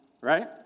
Right